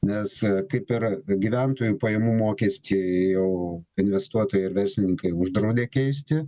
nes kaip ir gyventojų pajamų mokestį jau investuotojai ir verslininkai uždraudė keisti